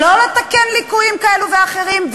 או לא לתקן ליקויים כאלה ואחרים.